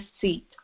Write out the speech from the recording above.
seat